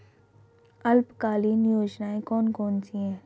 अल्पकालीन योजनाएं कौन कौन सी हैं?